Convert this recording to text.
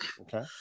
Okay